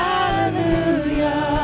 Hallelujah